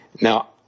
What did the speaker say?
Now